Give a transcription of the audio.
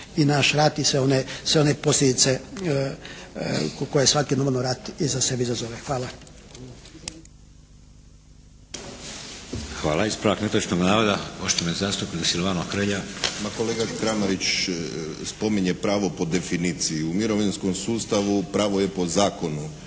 i naš rat i sve one posljedice koje svaki normalno rat iza sebe izazove. Hvala. **Šeks, Vladimir (HDZ)** Hvala. Ispravak netočnog navoda poštovani zastupnik Silvano Hrelja. **Hrelja, Silvano (HSU)** Ma kolega Kramarić spominje pravo po definiciji. U mirovinskom sustavu pravo je po zakonu.